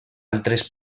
altres